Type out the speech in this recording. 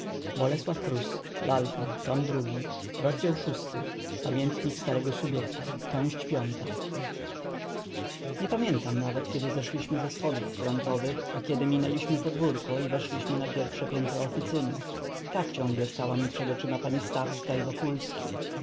i ma córeczkę jak cherubinek gdzie mieszkają w prawej oficynie na pierwszem piętrze nie pamiętam nawet kiedy zeszliśmy ze schodów frontowych a kiedy minęliśmy podwórko i weszliśmy na pierwsze piętro oficyny tak ciągle stała mi przed oczyma pani stawska i wokulski